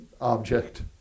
object